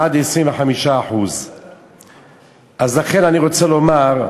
לכמעט 25%. אז לכן אני רוצה לומר,